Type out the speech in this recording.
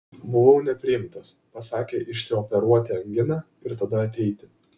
buvau nepriimtas pasakė išsioperuoti anginą ir tada ateiti